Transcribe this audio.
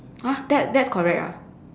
!huh! that that's correct ah